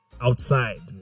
outside